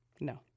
No